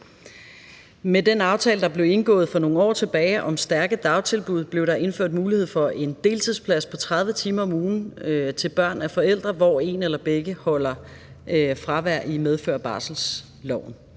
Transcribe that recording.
Med den aftale, der blev indgået for nogle år tilbage om stærke dagtilbud, blev der indført en mulighed for en deltidsplads på 30 timer om ugen til børn af forældre, hvor en eller begge holder fravær i medfør af barselsloven.